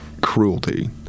cruelty